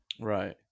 Right